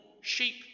sheep